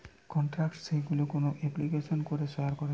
contact যেইগুলো কোন এপ্লিকেশানে করে শেয়ার করে